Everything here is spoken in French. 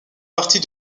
partie